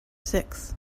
six